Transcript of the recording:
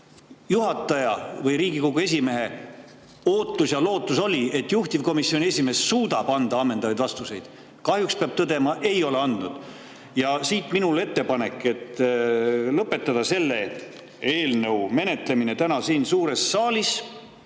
Juhataja või Riigikogu esimehe ootus ja lootus oli, et juhtivkomisjoni esimees suudab anda ammendavad vastused. Kahjuks peab tõdema, et ei ole andnud. Ja siit minu ettepanek lõpetada selle eelnõu menetlemine täna siin suures saalis